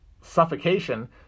suffocation